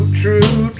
true